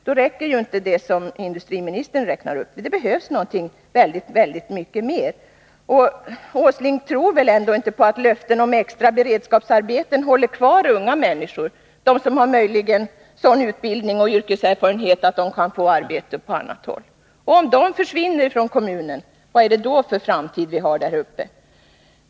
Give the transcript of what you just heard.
Då räcker ju inte det som industriministern räknade upp. Det behövs väldigt mycket mer. Nils Åsling tror väl ändå inte på att löften om extra beredskapsarbeten håller kvar unga människor — människor som möjligen har sådan utbildning och yrkeserfarenhet att de kan få arbete på annat håll? Om de försvinner från kommunen, vad har vi då för framtid där uppe?